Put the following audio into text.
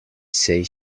said